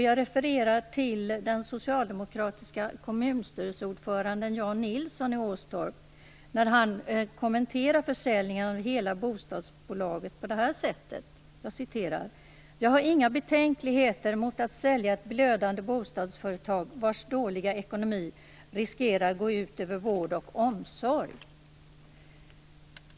Jag refererar till den socialdemokratiska kommunstyrelseordföranden Jan Nilsson i Åstorp när han kommenterar försäljningen av hela bostadsbolaget på följande sätt: Jag har inga betänkligheter mot att sälja ett blödande bostadsföretag vars dåliga ekonomi riskerar att gå ut över vård och omsorg.